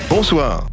Bonsoir